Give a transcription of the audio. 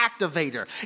activator